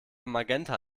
magenta